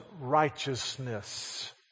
righteousness